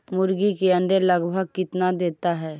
मुर्गी के अंडे लगभग कितना देता है?